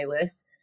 list